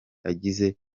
agize